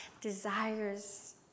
desires